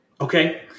Okay